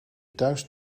thuis